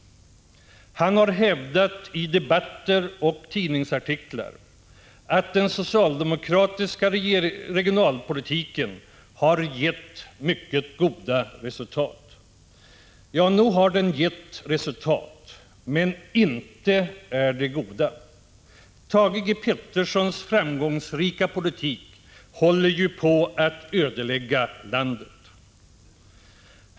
Han har hävdat i debatter och tidningsartiklar att ”den socialdemokratiska regionalpolitiken har gett mycket goda resultat”. Ja, nog har den gett resultat, men inte är de goda. Thage Petersons ”framgångsrika” politik håller ju på att ödelägga landet.